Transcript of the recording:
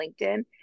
LinkedIn